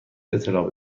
اطلاع